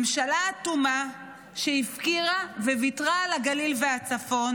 ממשלה אטומה שהפקירה וויתרה על הגליל והצפון